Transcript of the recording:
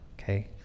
Okay